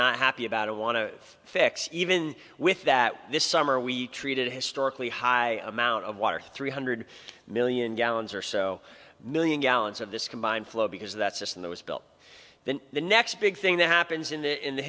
not happy about and want to fix even with that this summer we treated historically high amount of water three hundred million gallons or so million gallons of this combined flow because that system that was built then the next big thing that happens in the in the